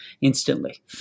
instantly